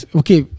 okay